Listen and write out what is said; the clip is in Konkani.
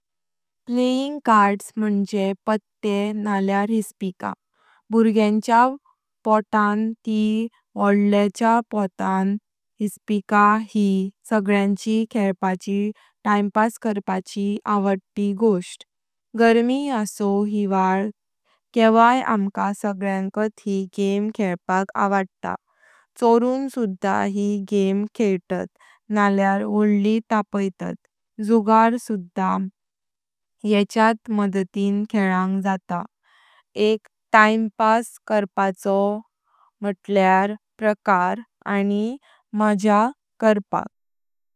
प्लेयिंग काड्स म्हणजे पत्ते नल्यार हिस्पिका। बुरग्यांच्या पोटान ती वोडल्यांच्या पोटान हिस्पिका ही सगळ्यांची खेलपाची टाइमपास करपाची आवडती गोष्ट। गर्मी असु हिवाल केवाई आम्हा संगलगंत यी गेम खेलपाक आवडता। चोरून सुधा यी गेम खेइतात नल्यार वोडली तपैतात। जुगार सुधा येच्यात मडतिन खेलांग जाता। एक टाइम पास करपाचो मुख्य प्रकार आनी माझ्या करपाक।